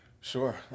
sure